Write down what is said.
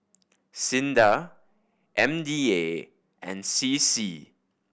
SINDA M D A and C C